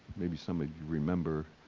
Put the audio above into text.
maybe some of you remember,